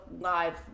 live